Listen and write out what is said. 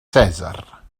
cèsar